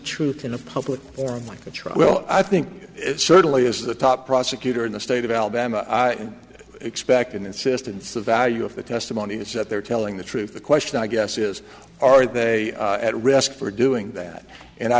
truth in a public forum like the trial well i think it certainly is the top prosecutor in the state of alabama i expect an insistence the value of the testimony is that they're telling the truth the question i guess is are they at risk for doing that and i